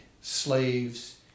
slaves